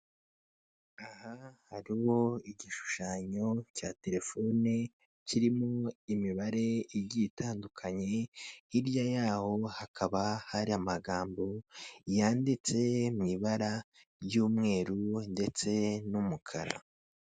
Aha hariho igishushanyo cya terefone kirimo imibare igiye itandukanye, hirya yaho hakaba hari amagambo yanditse mu ibara ry'umweru ndetse n'umukara.